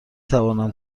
توانم